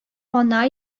ана